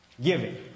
giving